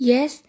Yes